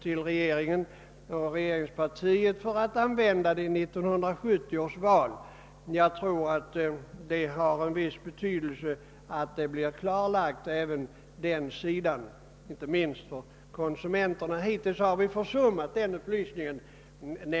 Jag ger regeringen och regeringspartiet det tipset, att användas vid 1970 års val. Det har en viss betydelse, inte minst för konsumenterna, att även den sidan blir klarlagd. Hittills har vi nämligen försummat den upplysningen.